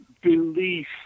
belief